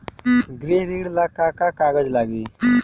गृह ऋण ला का का कागज लागी?